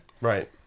Right